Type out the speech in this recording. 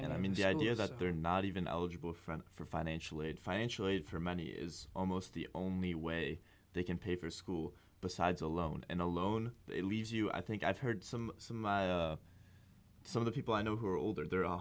and i mean the idea that they're not even eligible for financial aid financial aid for many is almost the only way they can pay for school besides alone and alone it leaves you i think i've heard some some some of the people i know who are older there a